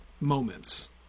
moments